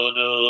no